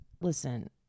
listen